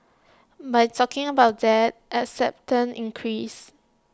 by talking about that acceptance increased